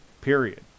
Period